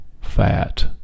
Fat